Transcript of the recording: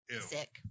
sick